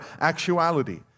actuality